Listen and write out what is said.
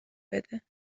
بده